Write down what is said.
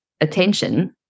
attention